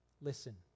listen